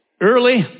early